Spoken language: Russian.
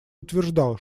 утверждал